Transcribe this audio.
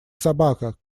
собака